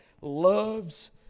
loves